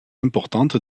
importante